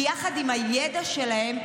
כי יחד עם הידע שלהם,